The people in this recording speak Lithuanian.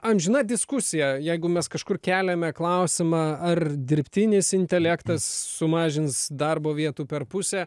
amžina diskusija jeigu mes kažkur keliame klausimą ar dirbtinis intelektas sumažins darbo vietų per pusę